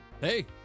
Hey